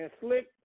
slick